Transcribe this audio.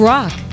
Rock